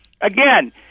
Again